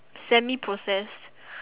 semi process